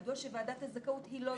מדוע שוועדת הזכאות היא לא זו שתבחן?